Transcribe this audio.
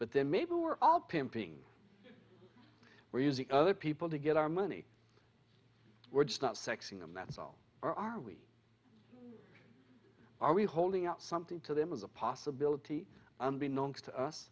but then maybe we're all pimping we're using other people to get our money we're just not sexing them that's all or are we are we holding out something to them as a possibility unbeknownst to us